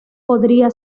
podría